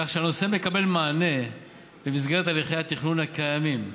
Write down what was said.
כך שהנושא מקבל מענה במסגרת הליכי התכנון הקיימים,